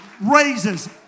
raises